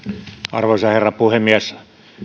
arvoisa herra puhemies